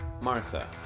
Martha